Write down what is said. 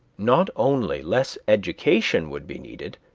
not only less education would be needed,